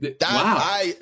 wow